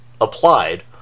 applied